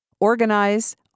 organize